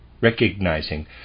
recognizing